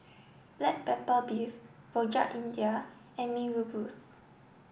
Black Pepper Beef Rojak India and Mee Rebus